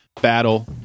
battle